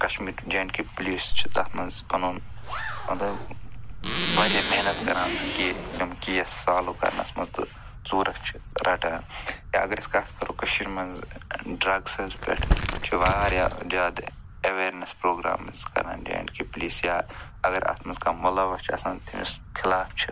Kashmir J and K police چھِ تتھ منٛز پنُن مطلب وارِیاہ مطلب محنت کَران سُہ کے کیس سالوٗ کرنس منٛز تہٕ ژوٗرس چھِ رَٹان یا اگر أسۍ کتھ کَرو کٔشیٖرِ منٛز ڈرگسَس پٮ۪ٹھ چھِ وارِیاہ زیادٕ ایٚویٖرنٮ۪س پرٛوگرامٕز کَران جے اینٛڈ کے پُلیٖس یا اگر اتھ منٛز کانٛہہ مُلوث چھُ آسان تٔمِس خِلاف چھِ